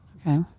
Okay